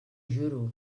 juro